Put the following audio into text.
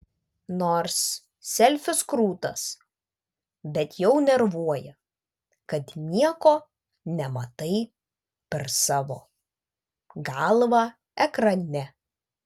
nors selfis krūtas bet jau nervuoja kad nieko nematai per savo galvą ekrane